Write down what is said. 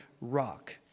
rock